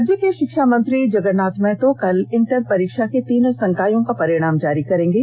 राज्य के षिक्षामंत्री जगरनाथ महतो कल इंटर परीक्षा के तीनों संकायों का परिणाम जारी करेंगे